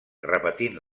repetint